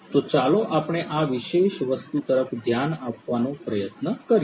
તો ચાલો આપણે આ વિશેષ વસ્તુ તરફ ધ્યાન આપવાનો પ્રયત્ન કરીએ